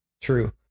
True